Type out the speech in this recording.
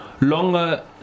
longer